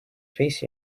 face